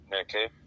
Okay